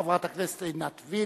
חברת הכנסת עינת וילף.